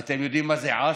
את אתם יודעים מה זה עאסי?